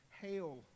Hail